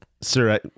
sir